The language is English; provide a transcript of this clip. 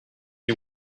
you